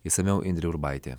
išsamiau indrė urbaitė